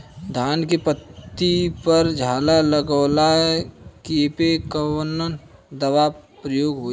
धान के पत्ती पर झाला लगववलन कियेपे कवन दवा प्रयोग होई?